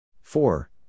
four